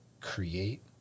create